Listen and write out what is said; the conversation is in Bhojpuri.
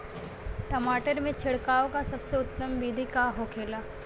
टमाटर में छिड़काव का सबसे उत्तम बिदी का होखेला?